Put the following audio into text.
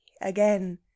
again